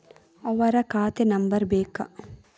ಅವರ ಖಾತೆ ನಂಬರ್ ಬೇಕಾ?